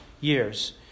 years